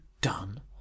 done